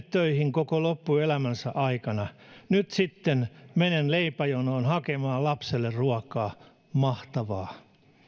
töihin koko loppuelämänsä aikana nyt sitten menen leipäjonoon hakemaan lapselle ruokaa mahtavaa ihmettelen